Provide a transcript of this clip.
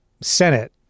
Senate